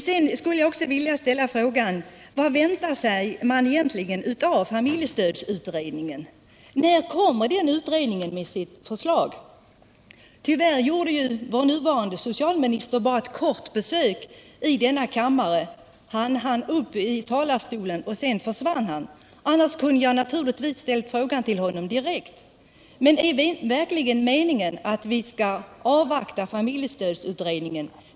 Jag skulle också vilja ställa frågan vad man egentligen väntar sig av familjestödsutredningen och när den utredningen kommer med sitt förslag. Tyvärr gjorde vår nuvarande socialminister bara ett kort besök i denna kammare. Han hann upp i talarstolen, men sedan försvann han — annars kunde jag givetvis ha ställt frågan direkt till honom. Är det verkligen meningen att vi skall behöva avvakta resultatet av familjestödsutredningens arbete?